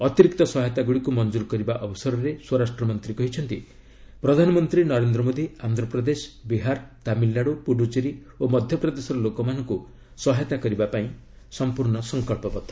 ଅତିରିକ୍ତ ସହାୟତାଗୁଡ଼ିକୁ ମଞ୍ଜୁର କରିବା ଅବସରରେ ସ୍ୱରାଷ୍ଟ୍ରମନ୍ତ୍ରୀ କହିଛନ୍ତି ପ୍ରଧାନମନ୍ତ୍ରୀ ନରେନ୍ଦ୍ର ମୋଦୀ ଆନ୍ଧ୍ରପ୍ରଦେଶ ବିହାର ତାମିଲନାଡ଼ୁ ପୁଡ଼ୁଚେରୀ ଓ ମଧ୍ୟପ୍ରଦେଶର ଲୋକମାନଙ୍କୁ ସହାୟତା କରିବା ପାଇଁ ସଂକଳ୍ପବଦ୍ଧ